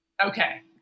Okay